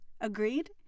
agreed